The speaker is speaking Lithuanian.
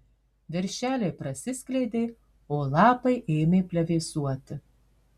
viršeliai prasiskleidė o lapai ėmė plevėsuoti